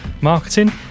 Marketing